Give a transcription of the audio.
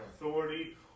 authority